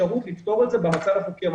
אפשרות לתפור את זה במצב החוקי הנוכחי,